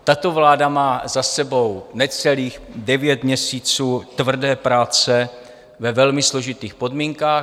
Tato vláda má za sebou necelých devět měsíců tvrdé práce ve velmi složitých podmínkách.